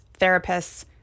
therapists